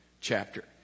chapter